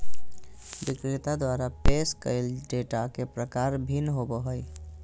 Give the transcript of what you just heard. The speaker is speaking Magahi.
विक्रेता द्वारा पेश कइल डेटा के प्रकार भिन्न होबो हइ